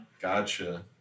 Gotcha